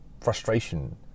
frustration